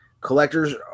Collectors